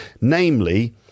Namely